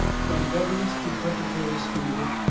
from governess to preparatory school,